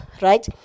right